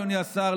אדוני השר,